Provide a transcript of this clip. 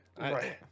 Right